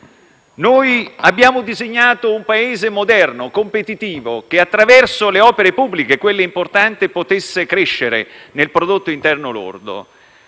Abbiamo disegnato un Paese moderno e competitivo, che, attraverso le opere pubbliche, quelle importanti, potesse crescere nel prodotto interno lordo.